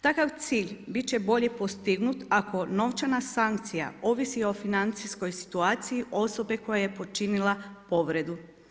Takav cilj bit će bolje postignut ako novčana sankcija ovisi o financijskoj situaciji osobe koja je počinila povredu.